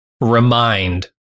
remind